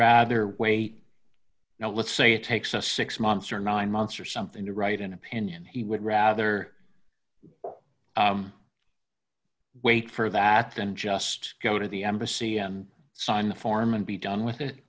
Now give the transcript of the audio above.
rather wait now let's say it takes us six months or nine months or something to write an opinion he would rather wait for that than just go to the embassy and sign the form and be done with it